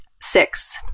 six